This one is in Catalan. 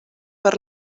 per